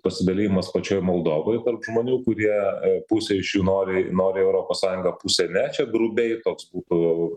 pasidalijimas pačioj moldovoj tarp žmonių kurie pusė iš jų nori nori į europos sąjungą pusė ne čia grubiai toks būtų